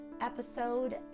episode